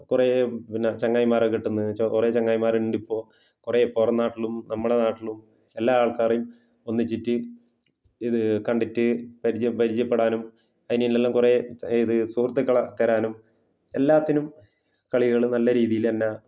കുറെ പിന്നെ ചങ്ങാതിമാരെ കിട്ടുന്നു കുറെ ചങ്ങാതിമാരുണ്ട് ഇപ്പോൾ കുറെ പുറം നാട്ടിലും നമ്മളെ നാട്ടിലും എല്ലാ ആൾക്കാരെയു ഒന്നിച്ചിട്ട് ഇത് കണ്ടിട്ട് പരിചയപ്പെടാനും അതിനു ഇതിനെല്ലാം കുറെ ഏത് സുഹൃത്തുക്കളെ തരാനും എല്ലാത്തിനും കളികൾ നല്ല രീതിയിൽ എന്നെ